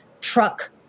truck